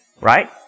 right